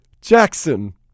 Jackson